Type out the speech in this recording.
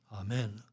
amen